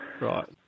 Right